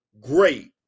great